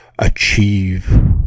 Achieve